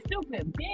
stupid